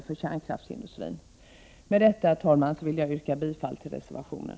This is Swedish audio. Herr talman! Med det anförda vill jag yrka bifall till reservationen.